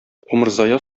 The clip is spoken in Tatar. умырзая